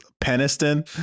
Peniston